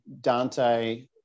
Dante